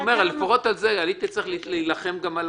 אני אומר לפחות את זה, הייתי צריך גם להילחם על